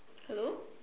hello